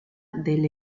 del